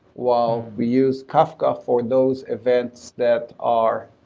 while we use kafka for those events that are